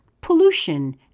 pollution